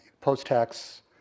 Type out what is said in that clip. post-tax